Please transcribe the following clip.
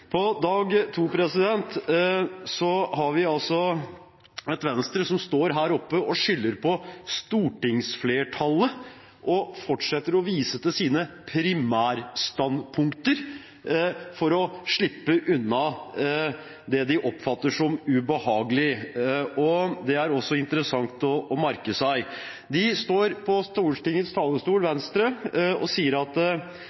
På dag to har vi et Venstre som står her oppe og skylder på stortingsflertallet og fortsetter å vise til sine primærstandpunkter – for å slippe unna det de oppfatter som ubehagelig. Det er også interessant å merke seg. Venstre står på Stortingets talerstol